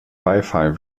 beifall